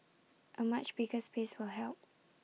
A much bigger space will help